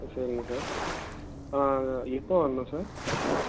ஆ சரிங்க சார் ஆ எப்போ வரணும் சார் கரெக்டாக